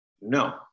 No